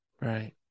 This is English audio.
Right